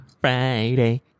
Friday